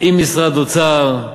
עם משרד אוצר,